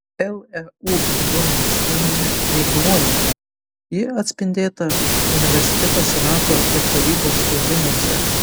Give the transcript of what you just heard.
leu bendruomenės nuomonė neignoruojama ji atspindėta universiteto senato ir tarybos sprendimuose